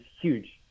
huge